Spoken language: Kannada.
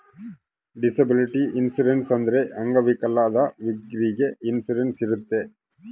ಡಿಸಬಿಲಿಟಿ ಇನ್ಸೂರೆನ್ಸ್ ಅಂದ್ರೆ ಅಂಗವಿಕಲದವ್ರಿಗೆ ಇನ್ಸೂರೆನ್ಸ್ ಇರುತ್ತೆ